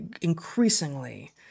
increasingly